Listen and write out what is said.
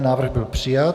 Návrh byl přijat.